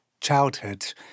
childhood